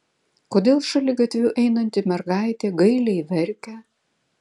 kodėl šaligatviu einanti mergaitė gailiai verkia